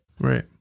Right